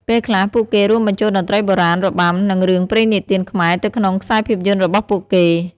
ពេលខ្លះ ពួកគេរួមបញ្ចូលតន្ត្រីបុរាណ របាំ និងរឿងព្រេងនិទានខ្មែរទៅក្នុងខ្សែភាពយន្តរបស់ពួកគេ។